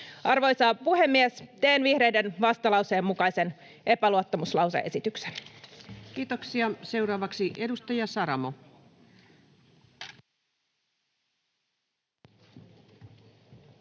Arvoisa puhemies! Teen vihreiden vastalauseen mukaisen epäluottamuslause-esityksen. Kiitoksia. — Seuraavaksi edustaja Saramo. Arvoisa